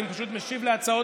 אני פשוט משיב להצעות,